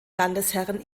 landesherren